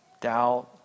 doubt